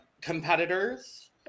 competitors